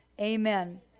Amen